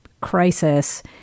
crisis